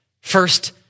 First